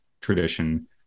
tradition